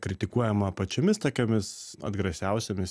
kritikuojama pačiomis tokiomis atgrasiausiomis